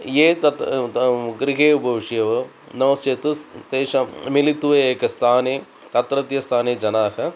ये तत् तं गृहे उपविश्य वा नो चेत् स् तेषां मिलित्वा एकस्थाने तत्रत्यस्थाने जनाः